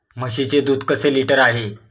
म्हशीचे दूध कसे लिटर आहे?